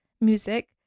music